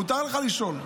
מותר לך לשאול.